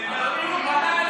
תודה.